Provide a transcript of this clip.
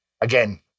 Again